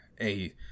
Hey